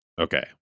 Okay